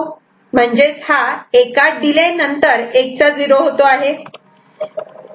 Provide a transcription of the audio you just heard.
म्हणजेच हा एका डिले नंतर 1 चा 0 होतो